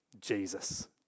Jesus